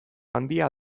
handia